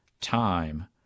time